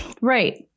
Right